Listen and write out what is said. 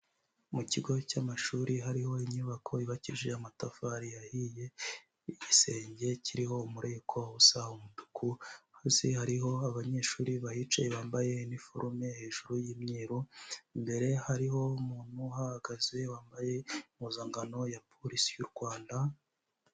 Mu kigo cy'amashuri hariho inyubako yubakishije amatafari ahiye, igisenge kiriho umureko usa umutuku, munsi hariho abanyeshuri bahicaye bambaye imiforume hejuru y'imyeru, imbere hariho umuntu uhagaze wambaye impuzankano ya porisi y'u Rwanda.